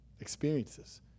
experiences